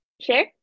Share